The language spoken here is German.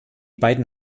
beiden